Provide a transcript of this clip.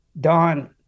dawn